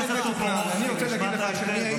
חבר הכנסת טופורובסקי, נשמעת היטב.